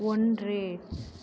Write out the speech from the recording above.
ஒன்று